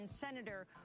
senator